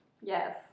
Yes